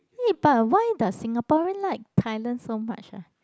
eh but why does Singaporean like Thailand so much ah